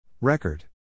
Record